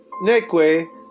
neque